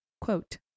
Quote